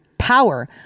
power